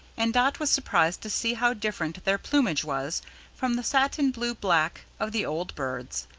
and dot was surprised to see how different their plumage was from the satin blue-black of the old birds.